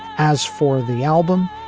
as for the album,